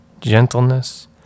gentleness